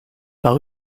par